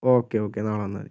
okay okay നാളെ വന്നാൽ മതി